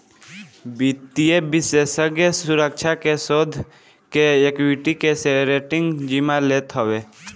वित्तीय विषेशज्ञ सुरक्षा के, शोध के, एक्वीटी के, रेटींग के जिम्मा लेत हवे